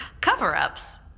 cover-ups